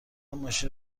ماشین